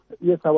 yes